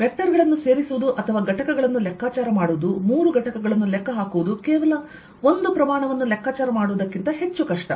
vector ಗಳನ್ನು ಸೇರಿಸುವುದು ಅಥವಾ ಘಟಕಗಳನ್ನು ಲೆಕ್ಕಾಚಾರಮಾಡುವುದು ಮೂರು ಘಟಕಗಳನ್ನು ಲೆಕ್ಕಹಾಕುವುದು ಕೇವಲ ಒಂದು ಪ್ರಮಾಣವನ್ನು ಲೆಕ್ಕಾಚಾರ ಮಾಡುವುದಕ್ಕಿಂತ ಹೆಚ್ಚು ಕಷ್ಟ